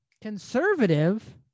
conservative